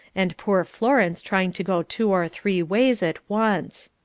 and poor florence trying to go two or three ways at once.